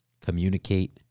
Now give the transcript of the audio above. communicate